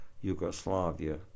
Yugoslavia